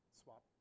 swap